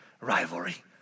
rivalry